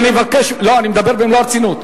לא, אני מדבר במלוא הרצינות.